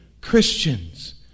Christians